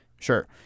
Sure